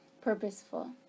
purposeful